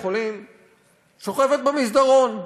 מגיעה לבית-חולים, שוכבת במסדרון.